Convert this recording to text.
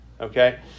Okay